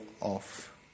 off